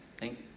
Thank